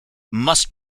must